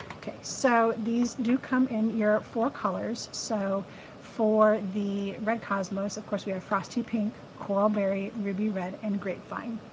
ok. so these do come in your four colors. so for the red cosmos, of course, we have frosty pink, coral berry, ruby red and grapevine.